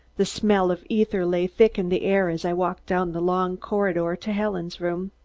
the smell of ether lay thick in the air as i walked down the long corridor to helen's room.